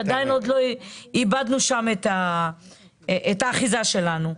שעדיין לא איבדנו בהם את האחיזה שלנו.